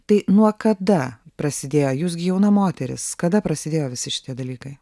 tai nuo kada prasidėjo jūs gi jauna moteris kada prasidėjo visi šitie dalykai